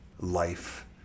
life